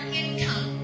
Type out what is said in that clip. income